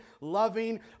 loving